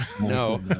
No